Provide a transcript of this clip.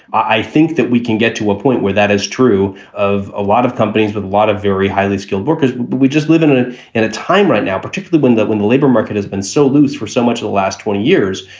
i think that we can get to a point where that is true of a lot of companies with a lot of very highly skilled workers. we just live in a in a time right now, particularly when that when the labor market has been so loose for so much of the last twenty years,